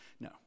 No